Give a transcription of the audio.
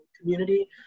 community